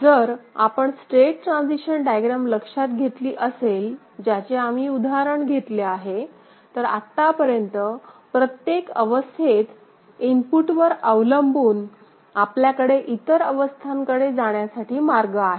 जर आपण state transition diagram लक्षात घेतली असेल ज्याचे आम्ही उदाहरण घेतले आहे तर आतापर्यंत प्रत्येक अवस्थेत इनपुटवर अवलंबून आपल्याकडे इतर अवस्थांकडे जाण्यासाठी मार्ग आहेत